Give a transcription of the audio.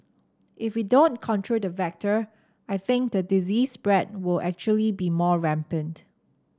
if we don't control the vector I think the disease spread will actually be more rampant